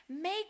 Make